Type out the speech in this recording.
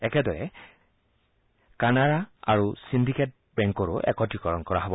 একেদৰে কানাড়া আৰু চিণ্ডিকেট বেংককো একত্ৰিকৰণ কৰা হ'ব